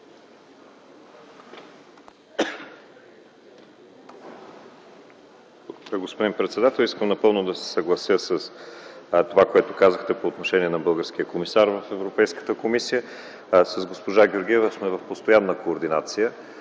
НИКОЛАЙ МЛАДЕНОВ: Искам напълно да се съглася с онова, което казахте по отношение на българския комисар в Европейската комисия. С госпожа Георгиева сме в постоянна координация